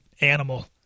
animal